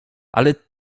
ale